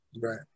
Right